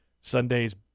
Sunday's